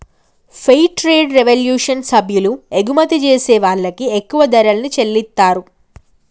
fair trade revolution సభ్యులు ఎగుమతి జేసే వాళ్ళకి ఎక్కువ ధరల్ని చెల్లిత్తారు